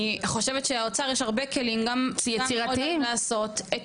אני חושבת שלאוצר יש הרבה כלים גם יצירתיים מה לעשות.